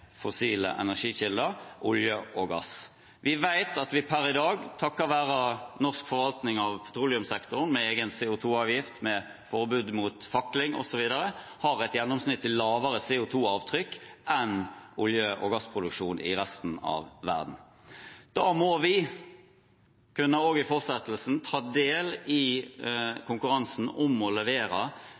fossile energikilder – olje og gass? Vi vet at vi per i dag, takket være norsk forvaltning av petroleumssektoren med egen CO 2 -avgift, med forbud mot fakling osv., har et gjennomsnittlig lavere CO 2 -avtrykk enn olje- og gassproduksjonen i resten av verden. Da må vi i fortsettelsen kunne ta del i konkurransen om å levere